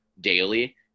daily